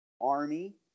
Army